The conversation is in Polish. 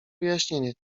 wyjaśnienie